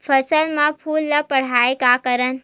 फसल म फूल ल बढ़ाय का करन?